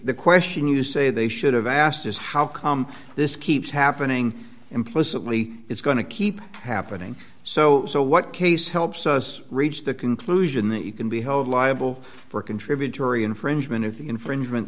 the question you say they should have asked is how come this keeps happening implicitly it's going to keep happening so so what case helps us reach the conclusion that you can be held liable for contributory infringement if the infringement